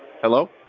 Hello